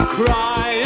cry